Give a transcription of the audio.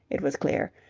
it was clear,